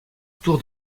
tour